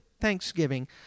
thanksgiving